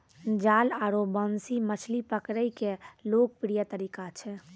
जाल आरो बंसी मछली पकड़ै के लोकप्रिय तरीका छै